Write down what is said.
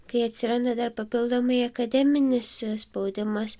kai atsiranda dar papildomai akademinis spaudimas